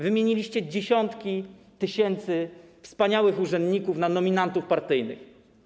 Wymieniliście dziesiątki tysięcy wspaniałych urzędników na nominatów partyjnych.